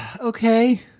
okay